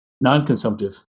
non-consumptive